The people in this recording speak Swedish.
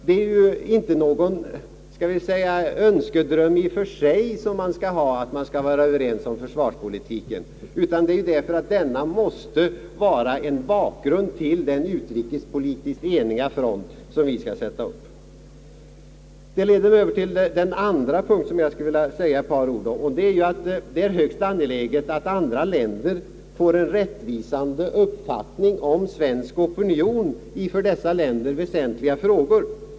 Det är inte någon önskedröm i och för sig att man alltid skall vara Ööverens om försvarspolitiken, men det är önskvärt därför att denna måste vara en bakgrund till den utrikespolitiskt eniga front som vi skall visa upp. Detta leder över till en annan fråga, som jag skulle vilja säga ett par ord om. Det är högst angeläget att andra länder får en rättvisande uppfattning om svensk opinion i för dessa länder väsentliga frågor.